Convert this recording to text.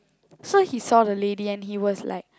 so he saw the lady and he was like